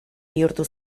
bihurtu